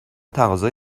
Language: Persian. تقاضای